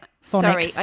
Sorry